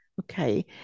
Okay